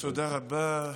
תודה רבה.